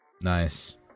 Nice